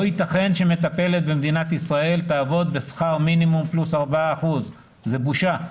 לא ייתכן שמטפלת במדינת ישראל תעבוד בשכר מינימום פלוס 4%. זו בושה.